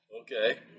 Okay